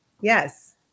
Yes